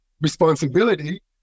responsibility